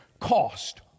cost